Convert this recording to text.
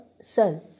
son